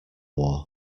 war